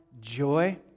joy